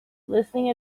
listening